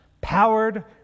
powered